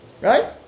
Right